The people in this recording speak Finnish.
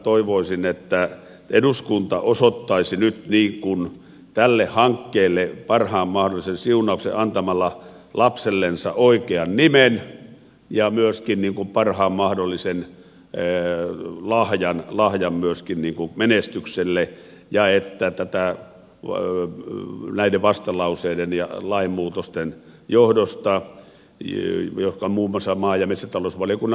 toivoisin että eduskunta osoittaisi nyt tälle hankkeelle parhaan mahdollisen siunauksen antamalla lapsellensa oikean nimen ja myöskin parhaan mahdollisen lahjan menestykselle näiden vastalauseiden ja lainmuutosten johdosta jotka muun muassa maa ja metsätalousvaliokunnan sos